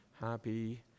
Happy